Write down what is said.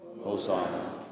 Hosanna